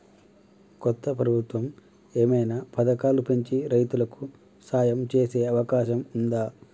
కొత్త ప్రభుత్వం ఏమైనా పథకాలు పెంచి రైతులకు సాయం చేసే అవకాశం ఉందా?